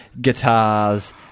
guitars